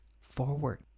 forward